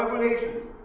regulations